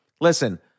listen